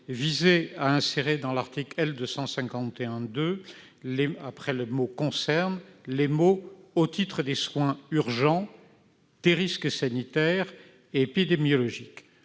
sociale et des familles, alinéa 5, après le mot « concerne », les mots « au titre des soins urgents, des risques sanitaires et épidémiologiques ».